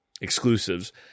exclusives